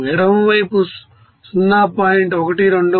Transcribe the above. ఎడమ వైపు 0